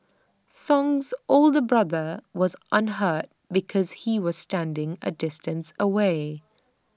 song's older brother was unhurt because he was standing A distance away